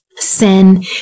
Sin